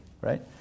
right